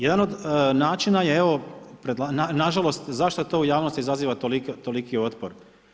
Jedan od načina je evo nažalost zašto to u javnosti izaziva toliki otpor?